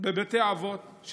בבתי אבות.